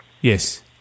Yes